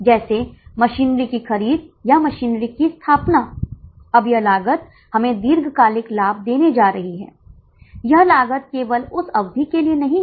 इसलिए संचालन के स्तर को बढ़ाते हुए हमें अर्ध परिवर्तनीय लागत पर कड़ी नजर रखनी होगी क्या आप समझ रहे हैं